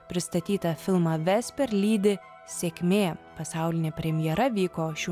pristatytą filmą vesper lydi sėkmė pasaulinė premjera vyko šių